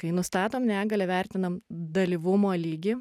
kai nustatom negalią vertinam dalyvumo lygį